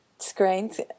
screens